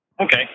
Okay